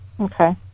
Okay